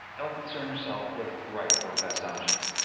don't concern yourself with right or best options.